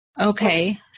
Okay